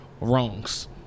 wrongs